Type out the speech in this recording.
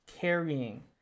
carrying